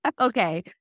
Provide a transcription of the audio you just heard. Okay